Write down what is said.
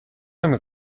نمی